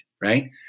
right